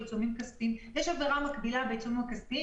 יש עבירה מקבילה בעיצומים הכספיים,